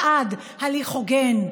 בעד הליך הוגן,